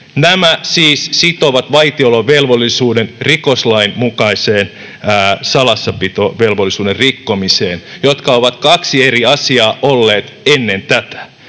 Nämä siis sitovat vaitiolovelvollisuuden rikoslain mukaiseen salassapitovelvollisuuden rikkomiseen, jotka ovat kaksi eri asiaa olleet ennen tätä.